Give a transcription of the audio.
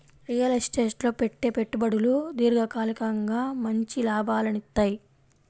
real estate లో పెట్టే పెట్టుబడులు దీర్ఘకాలికంగా మంచి లాభాలనిత్తయ్యి